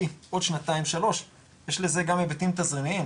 כי עוד שנתיים שלוש יש לזה גם היבטים תזרימיים,